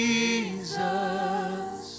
Jesus